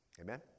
Amen